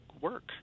work